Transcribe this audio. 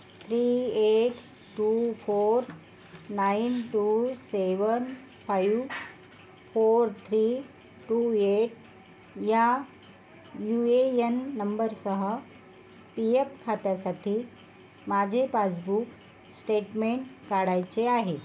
three eight two four nine two seven five four three two eight या U A N नंबरसह P F खात्यासाठी माझे passbook statement काढायचे आहे